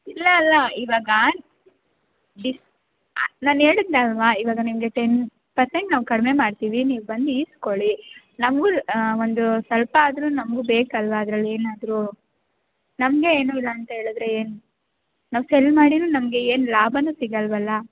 ಇಲ್ಲ ಇಲ್ಲ ಇವಾಗ ಡಿಸ್ ನಾನು ಹೇಳಿದ್ನಲ್ವ ಇವಾಗ ನಿಮಗೆ ಟೆನ್ ಪರ್ಸೆಂಟ್ ನಾವು ಕಡಿಮೆ ಮಾಡ್ತೀವಿ ನೀವು ಬನ್ನಿ ಇಸ್ಕೊಳಿ ನಮಗು ಒಂದು ಸ್ವಲ್ಪ ಆದರು ನಮಗು ಬೇಕು ಅಲ್ವಾ ಅದ್ರಲ್ಲಿ ಏನಾದರು ನಮಗೆ ಏನು ಇಲ್ಲ ಅಂತ ಹೇಳದ್ರೆ ಏನು ನಾವು ಸೆಲ್ ಮಾಡಿನು ನಮ್ಗೆ ಏನು ಲಾಭನು ಸಿಗಲ್ವಲ್ಲಾ